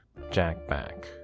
jackback